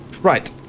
right